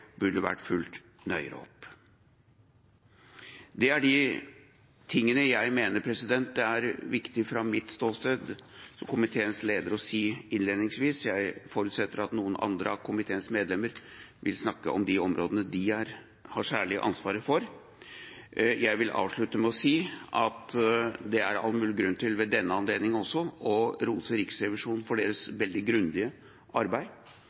burde vært fulgt nøyere opp. Det er de tingene jeg mener det er viktig fra mitt ståsted som komiteens leder å si innledningsvis. Jeg forutsetter at noen andre av komiteens medlemmer vil snakke om de områdene de har særlig ansvaret for. Jeg vil avslutte med å si at det er all mulig grunn til ved denne anledning også å rose Riksrevisjonen for deres veldig grundige arbeid.